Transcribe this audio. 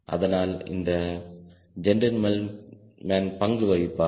அதனால் இந்த ஜென்டில்மேன் பங்கு வகிப்பார்